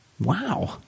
Wow